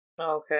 Okay